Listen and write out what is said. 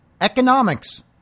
economics